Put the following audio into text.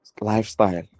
lifestyle